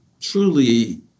truly